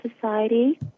society